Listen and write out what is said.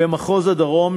במחוז הדרום,